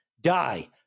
die